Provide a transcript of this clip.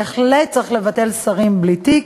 בהחלט צריך לבטל שרים בלי תיק,